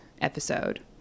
episode